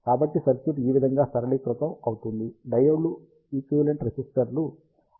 కాబట్టి సర్క్యూట్ ఈ విధముగా సరళీకృతం అవుతుంది డయోడ్లు ఈక్వివలెంట్ రెసిస్టర్ rd ద్వారా భర్తీ చేయబడతాయి